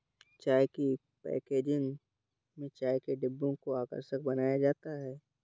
चाय की पैकेजिंग में चाय के डिब्बों को आकर्षक बनाया जाता है